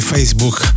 Facebook